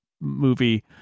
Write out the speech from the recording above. movie